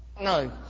no